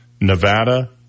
Nevada